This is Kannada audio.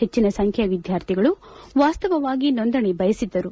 ಹೆಚ್ಚಿನ ಸಂಖ್ಯೆಯ ವಿದ್ಯಾರ್ಥಿಗಳು ವಾಸ್ತವಾಗಿ ನೋಂದಣಿ ಬಯಸಿದ್ದರು